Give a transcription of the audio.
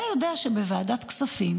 אתה יודע שבוועדת הכספים